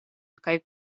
kaj